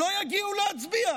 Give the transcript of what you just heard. לא יגיעו להצביע.